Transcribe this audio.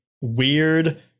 weird